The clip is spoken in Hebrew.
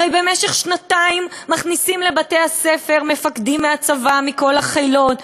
הרי במשך שנתיים מכניסים לבתי-הספר מפקדים מהצבא מכל החילות,